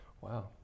wow